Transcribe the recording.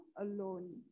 alone